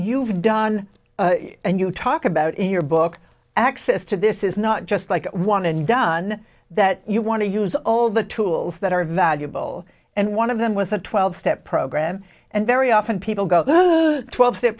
you've done and you talk about in your book access to this is not just like one and done that you want to use all the tools that are valuable and one of them was a twelve step program and very often people go twelve step